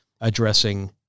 addressing